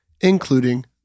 including